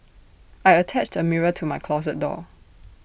I attached A mirror to my closet door